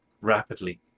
rapidly